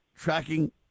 Tracking